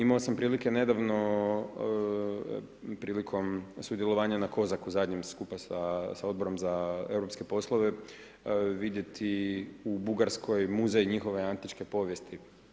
Imao sam prilike nedavno, prilikom sudjelovanja na Kozaku, na zadnjem skupu sa Odborom za europske poslove vidjeti u Bugarskoj muzej njihove antičke povijesti.